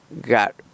got